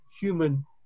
human